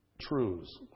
truths